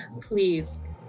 please